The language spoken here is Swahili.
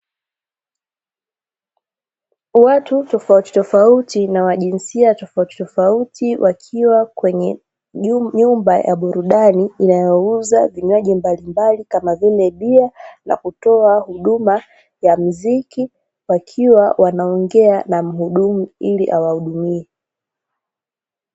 Watu tofautitofauti na wa jinsia tofautitofauti, wakiwa kwenye nyumba ya burudani inayouza vinywaji mbalimbali, kama vile bia, na kutoa huduma ya muziki, wakiwa wanaongea na mhudumu ili awahudumie.